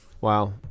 Wow